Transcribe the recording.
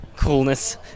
coolness